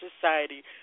society